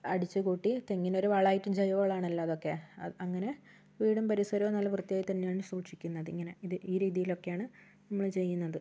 അടിച്ചുകൂട്ടി തെങ്ങിനൊരു വളമായിട്ട് ജൈവവളം ആണല്ലോ അതൊക്കെ അങ്ങനെ വീടും പരിസരവും നല്ല വൃത്തിയായി തന്നെയാണ് സൂക്ഷിക്കുന്നത് ഇങ്ങനെ ഇത് ഈ രീതിയിലൊക്കെയാണ് നമ്മൾ ചെയ്യുന്നത്